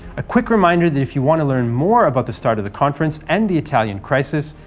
a quick reminder that if you want to learn more about the start of the conference and the italian crisis,